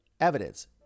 evidence